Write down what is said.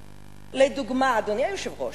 לדוגמה, אדוני היושב-ראש,